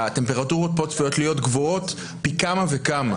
והטמפרטורות פה צפויות להיות גבוהות פי כמה וכמה.